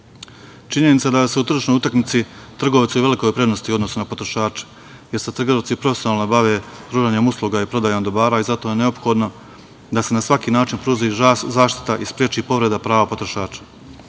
potrošača. Činjenica da su u tržišnoj utakmici trgovci u velikoj prednosti u odnosu na potrošače, jer se trgovci profesionalno bave pružanjem usluga i prodajom dobara i zato je neophodno da se na svaki način pruži zaštita i spreči povreda prava potrošača.